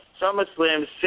SummerSlam